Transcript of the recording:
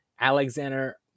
Alexander